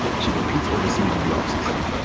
she competes overseas in the offseason.